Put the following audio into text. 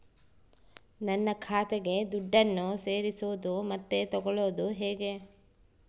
ನನ್ನ ಖಾತೆಗೆ ದುಡ್ಡನ್ನು ಸೇರಿಸೋದು ಮತ್ತೆ ತಗೊಳ್ಳೋದು ಹೇಗೆ?